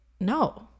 no